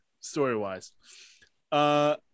story-wise